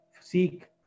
Seek